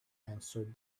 answered